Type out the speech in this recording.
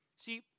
See